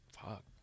fuck